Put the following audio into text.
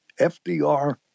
FDR